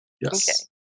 Yes